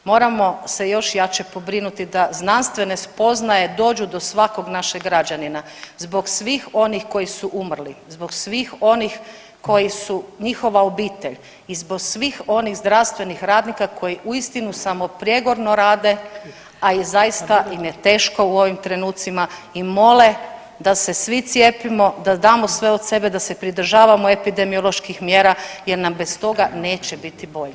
Moramo se još jače pobrinuti da znanstvene spoznaje dođu do svakog našeg građanina zbog svih onih koji su umrli, zbog svih onih koji su njihova obitelj i zbog svih onih zdravstvenih radnika koji uistinu samoprijegorno rade a i zaista im je teško u ovim trenucima i mole da se svi cijepimo, da damo sve od sebe, da se pridržavamo epidemioloških mjera jer nam bez toga neće biti bolje.